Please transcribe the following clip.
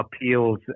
appeals